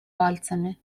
пальцами